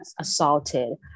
assaulted